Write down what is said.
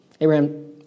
Abraham